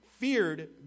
Feared